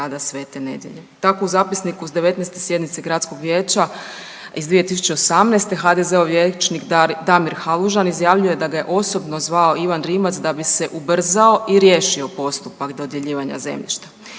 Tako u zapisniku s 19. sjednice gradskog vijeća iz 2018. HDZ-ov vijećnik Damir Halužan izjavljuje da ga je osobno zvao Ivan Rimac da bi se ubrzao i riješio postupak dodjeljivanja zemljišta.